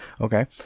okay